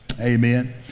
Amen